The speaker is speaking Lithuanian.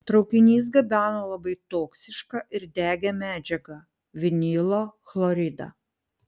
traukinys gabeno labai toksišką ir degią medžiagą vinilo chloridą